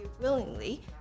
willingly